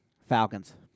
Falcons